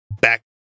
back